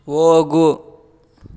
ಹೋಗು